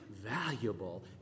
valuable